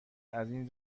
ازاین